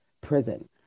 prison